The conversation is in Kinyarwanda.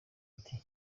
ati